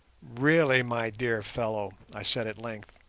really, my dear fellow i said at length,